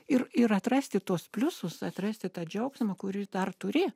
ir ir atrasti tuos pliusus atrasti tą džiaugsmą kurį dar turi